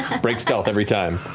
it breaks stealth every time.